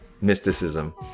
mysticism